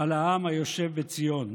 על העם היושב בציון.